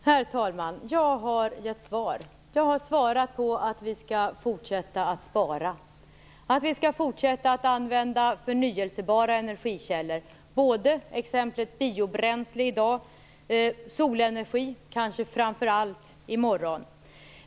Herr talman! Jag har gett svar. Jag har sagt att vi skall fortsätta att spara och att vi skall fortsätta att använda förnyelsebara energikällor, bioenergi i dag och kanske solenergi i morgon.